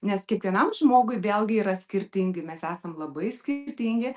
nes kiekvienam žmogui vėlgi yra skirtingi mes esam labai skirtingi